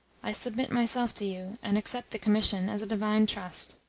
i submit myself to you, and accept the commission as a divine trust.